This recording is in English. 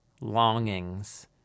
longings